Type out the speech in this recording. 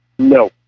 No